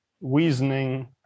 reasoning